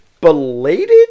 belated